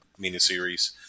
miniseries